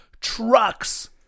trucks